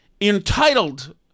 entitled